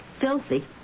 Filthy